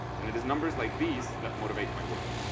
and it is numbers like these that motivate my work.